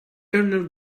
arnav